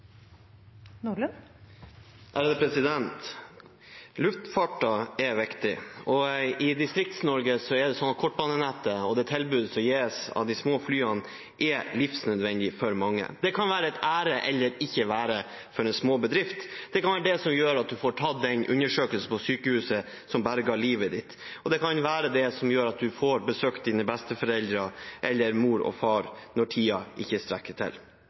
Luftfarten er viktig, og i Distrikts-Norge er det sånn at kortbanenettet og det tilbudet som gis av de små flyene, er livsnødvendig for mange. Det kan være et være eller ikke være for en småbedrift, det kan være det som gjør at du får tatt den undersøkelsen på sykehuset som berger livet ditt, og det kan være det som gjør at du får besøkt dine besteforeldre eller mor og far når tiden ikke strekker til.